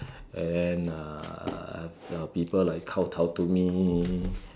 and uh have people like kow-tow to me